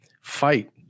fight